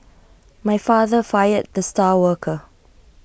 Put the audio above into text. my father fired the star worker